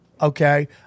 Okay